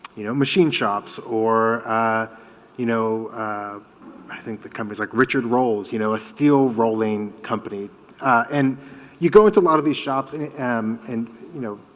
you know machine shops or you know i think that companies like richard rolls you know a steel rolling company and you go into a lot of these shops and um and you know